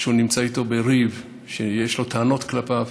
שנמצא איתו בריב, שיש לו טענות כלפיו.